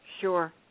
Sure